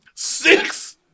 Six